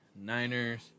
Niners